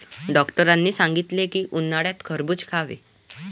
डॉक्टरांनी सांगितले की, उन्हाळ्यात खरबूज खावे